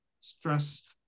stress